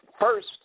first